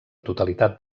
totalitat